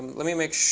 let me make